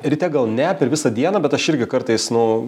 ryte gal ne per visą dieną bet aš irgi kartais nu